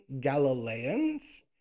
Galileans